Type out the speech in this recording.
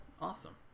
Awesome